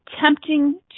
tempting